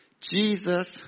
Jesus